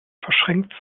verschränkt